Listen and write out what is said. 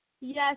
Yes